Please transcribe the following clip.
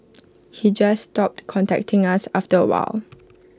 he just stopped contacting us after A while